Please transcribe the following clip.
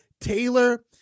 Taylor